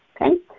Okay